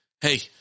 Hey